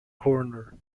corner